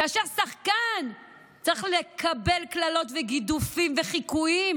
כאשר שחקן צריך לקבל קללות, גידופים וחיקויים